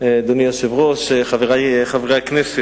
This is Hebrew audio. אדוני היושב-ראש, חברי חברי הכנסת,